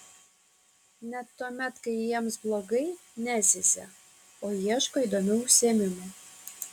net tuomet kai jiems blogai nezyzia o ieško įdomių užsiėmimų